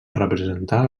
representar